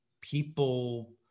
people